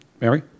Mary